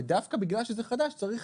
ודווקא בגלל שהוא חדש צריך